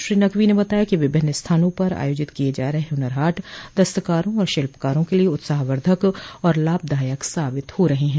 श्री नकवी ने बताया कि विभिन्न स्थानों पर आयोजित किये जा रहे हुनर हाट दस्तकारों और शिल्पकारों के लिये उत्साहवर्धक और लाभदायक साबित हो रहे हैं